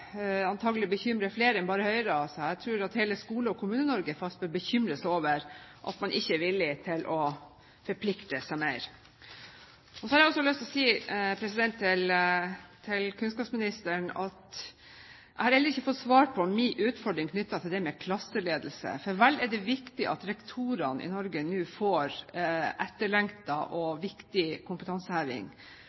bekymre flere enn bare Høyre – jeg tror at hele Skole- og Kommune-Norge bør bekymre seg over at man ikke er villig til å forplikte seg mer. Jeg har også lyst til å si til kunnskapsministeren at jeg heller ikke har fått svar på min utfordring knyttet til det med klasseledelse. For vel er det viktig at rektorene i Norge nå får etterlengtet og viktig kompetanseheving,